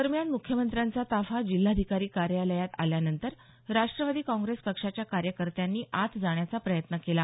दरम्यान मुख्यमंत्र्यांचा ताफा जिल्हाधिकारी कार्यालयात आल्यानंतर राष्टवादी काँग्रेस पक्षाच्या कार्यकर्त्यांनी आत जाण्याचा प्रयत्न केला